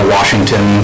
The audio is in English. Washington